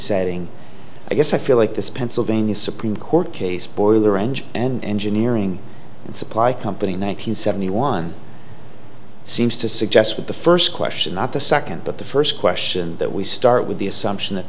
setting i guess i feel like this pennsylvania supreme court case boy the range and engineering and supply company in one nine hundred seventy one seems to suggest with the first question not the second but the first question that we start with the assumption that